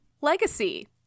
Legacy